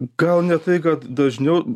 gal ne tai kad dažniau